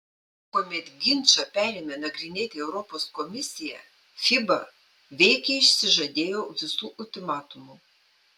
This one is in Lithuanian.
kuomet ginčą perėmė nagrinėti europos komisija fiba veikiai išsižadėjo visų ultimatumų